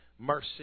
Mercy